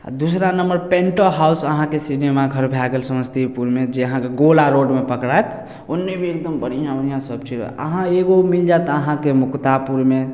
आ दुसरा नम्बर पेंटो हाउस अहाँके सिनेमाघर भए गेल समस्तीपुरमे जे अहाँके गोला रोडमे पकड़ायत ओन्ने भी एगदम बढ़िऑं बढ़िऑं सब चीज अहाँ एगो मिल जायत अहाँके मुकतापुरमे